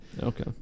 Okay